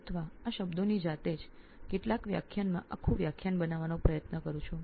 અને પછી તે શબ્દોને ધ્યાનમાં રાખીને મારા માટે આખું વ્યાખ્યાન બનાવીશ